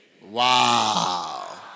Wow